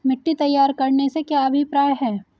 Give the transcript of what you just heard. मिट्टी तैयार करने से क्या अभिप्राय है?